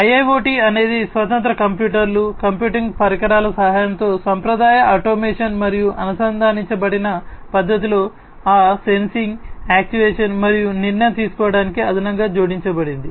IIoT అనేది స్వతంత్ర కంప్యూటర్లు కంప్యూటింగ్ పరికరాల సహాయంతో సాంప్రదాయ ఆటోమేషన్ మరియు అనుసంధానించబడిన పద్ధతిలో ఆ సెన్సింగ్ యాక్చుయేషన్ మరియు నిర్ణయం తీసుకోవటానికి అదనంగా జోడించబడింది